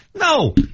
No